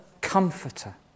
comforter